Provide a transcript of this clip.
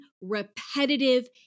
repetitive